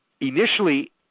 initially